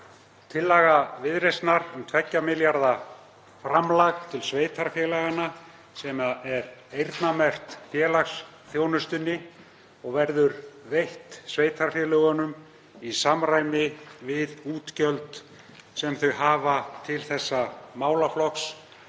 Tillaga Viðreisnar um 2 milljarða framlag til sveitarfélaganna sem er eyrnamerkt félagsþjónustunni og verður veitt sveitarfélögunum í samræmi við útgjöld sem þau hafa til þessa málaflokks